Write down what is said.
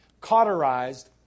cauterized